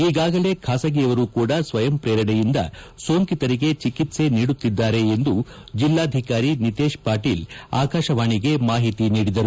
ಈಗಾಗಲೇ ಖಾಸಗಿಯವರು ಕೂಡ ಸ್ವಯಂ ಪ್ರೇರಣೆಯಿಂದ ಸೋಂಕಿತರಿಗೆ ಚಿಕಿತ್ಸೆ ನೀಡುತ್ತಿದ್ದಾರೆ ಎಂದು ಜಿಲ್ಲಾಧಿಕಾರಿ ನಿತೇಶ್ ಪಾಟೀಲ್ ಆಕಾಶವಾಣಿಗೆ ಮಾಹಿತಿ ನೀಡಿದರು